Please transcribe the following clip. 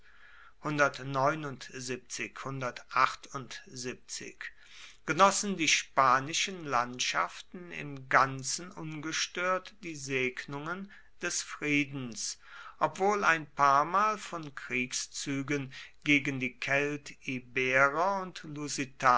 genossen die spanischen landschaften im ganzen ungestört die segnungen des friedens obwohl ein paarmal von kriegszügen gegen die keltiberer und